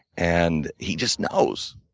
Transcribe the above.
and he just knows.